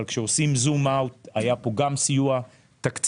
אבל כשעושים זום אאוט היה פה גם סיוע תקציבי,